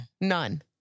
None